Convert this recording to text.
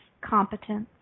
competence